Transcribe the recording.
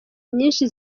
nyinshi